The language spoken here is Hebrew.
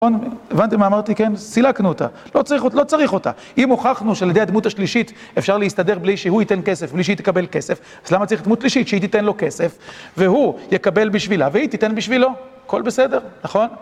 הבנתם מה אמרתי? כן, סילקנו אותה, לא צריך אותה. אם הוכחנו שעל ידי הדמות השלישית אפשר להסתדר בלי שהוא ייתן כסף, בלי שהיא תקבל כסף, אז למה צריך דמות שלישית שהיא תיתן לו כסף, והוא יקבל בשבילה והיא תיתן בשבילו? הכל בסדר, נכון?